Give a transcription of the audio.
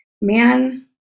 man